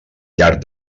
llarg